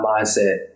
mindset